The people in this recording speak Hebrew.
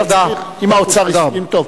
אם האוצר הסכים, טוב.